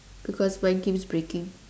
because mine keeps breaking